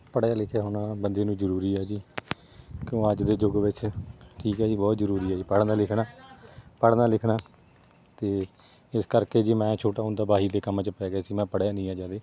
ਪੜ੍ਹਿਆ ਲਿਖਿਆ ਹੋਣਾ ਬੰਦੇ ਨੂੰ ਜ਼ਰੂਰੀ ਹੈ ਜੀ ਕਿਉਂ ਅੱਜ ਦੇ ਯੁੱਗ ਵਿੱਚ ਠੀਕ ਹੈ ਜੀ ਬਹੁਤ ਜ਼ਰੂਰੀ ਹੈ ਜੀ ਪੜ੍ਹਨਾ ਲਿਖਣਾ ਪੜ੍ਹਨਾ ਲਿਖਣਾ ਅਤੇ ਇਸ ਕਰਕੇ ਜੀ ਮੈਂ ਛੋਟਾ ਹੁੰਦਾ ਵਾਹੀ ਦੇ ਕੰਮ 'ਚ ਪੈ ਗਿਆ ਸੀ ਮੈਂ ਪੜ੍ਹਿਆ ਨਹੀਂ ਆ ਜ਼ਿਆਦਾ